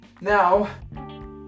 Now